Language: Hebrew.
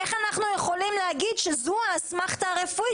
איך אנחנו יכולים להגיד שזו האסמכתא הרפואית